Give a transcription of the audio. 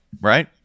right